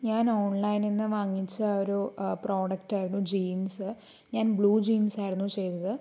ഞാൻ ഓൺലൈനിൽ നിന്ന് വാങ്ങിച്ച ഒരു പ്രോഡക്റ്റായിരുന്നു ജീൻസ് ഞാൻ ബ്ലൂ ജീൻസ് ആയിരുന്നു ചെയ്തത്